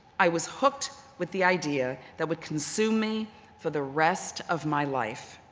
i was hooked with the idea that would consume me for the rest of my life.